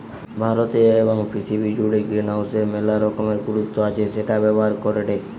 ভারতে এবং পৃথিবী জুড়ে গ্রিনহাউসের মেলা রকমের গুরুত্ব আছে সেটা ব্যবহার করেটে